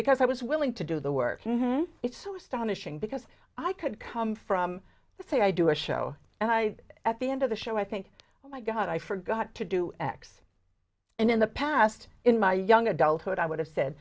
because i was willing to do the work it's so astonishing because i could come from say i do a show and i at the end of the show i think oh my god i forgot to do x and in the past in my young adulthood i would have said